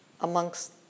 amongst